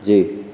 جی